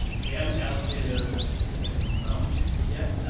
we haven't allocated a ah specific amount yet.